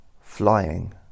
flying